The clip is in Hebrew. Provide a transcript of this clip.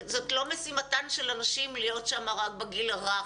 זאת לא משימתן רק של הנשים להיות בגיל הרך.